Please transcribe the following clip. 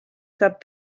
saab